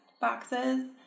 boxes